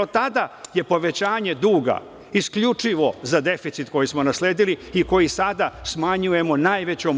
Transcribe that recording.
Od tada je povećanje duga isključivo za deficit koji smo nasledili i koji sada smanjujemo najvećom